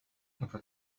لقد